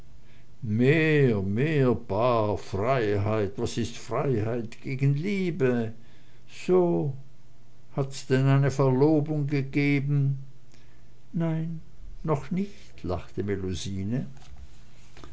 freiheit was ist freiheit gegen liebe so hat's denn eine verlobung gegeben nein noch nicht lachte